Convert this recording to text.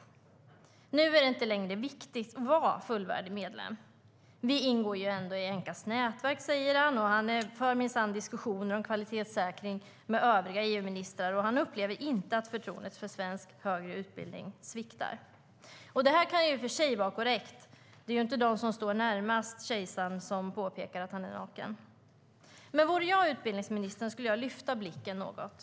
Nu är det inte längre viktigt att vara fullvärdig medlem. Vi ingår ändå i Enqas nätverk, säger han, och han för minsann diskussioner om kvalitetssäkring med övriga EU-ministrar. Han upplever inte att förtroendet för svensk högre utbildning sviktar. Detta kan i och för sig vara korrekt; det är ju inte de som står närmast kejsaren som påpekar att han är naken. Om jag vore utbildningsministern skulle jag lyfta blicken något.